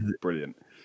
brilliant